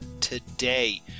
today